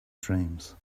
dreams